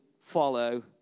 follow